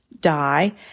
die